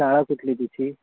शाळा कुठली तिची